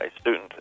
student